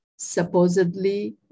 supposedly